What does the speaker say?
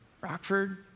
Rockford